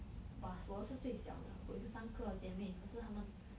but 我是最小的我有三个姐妹可是他们